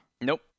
Nope